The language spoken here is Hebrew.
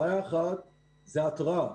בעיה אחת היא התראה.